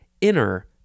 inner